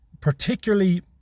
particularly